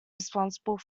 responsible